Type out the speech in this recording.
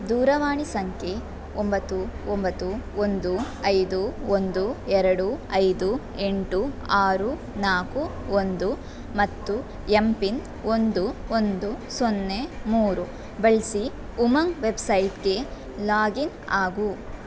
ದೂರವಾಣಿ ಸಂಖ್ಯೆ ಒಂಬತ್ತು ಒಂಬತ್ತು ಒಂದು ಐದು ಒಂದು ಎರಡು ಐದು ಎಂಟು ಆರು ನಾಲ್ಕು ಒಂದು ಮತ್ತು ಯಂಪಿನ್ ಒಂದು ಒಂದು ಸೊನ್ನೆ ಮೂರು ಬಳಸಿ ಉಮಂಗ್ ವೆಬ್ಸೈಟ್ಗೆ ಲಾಗಿನ್ ಆಗು